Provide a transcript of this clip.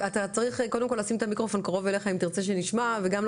אתה צריך קודם כל לשים את המיקרופון שלך קרוב אליך אם תרצה שנשמע וגם,